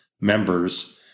members